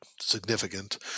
significant